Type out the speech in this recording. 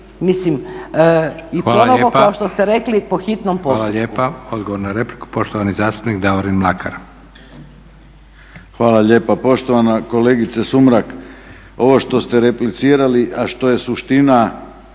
I ponovo kao što ste reli po hitnom postupku.